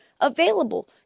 available